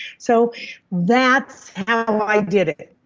so that's how i did it.